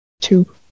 two